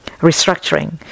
restructuring